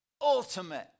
ultimate